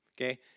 okay